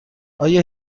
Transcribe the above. آیا